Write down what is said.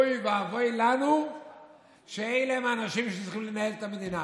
אוי ואבוי לנו שאלו האנשים שצריכים לנהל את המדינה.